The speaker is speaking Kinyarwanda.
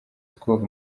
school